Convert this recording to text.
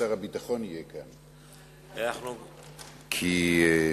ששר הביטחון יהיה כאן כי אני,